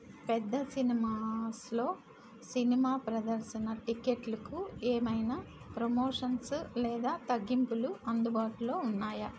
పెద్ద సినిమాస్లో సినిమా ప్రదర్శన టికెట్లకు ఏవైనా ప్రమోషన్సు లేదా తగ్గింపులు అందుబాటులో ఉన్నాయా